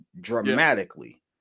dramatically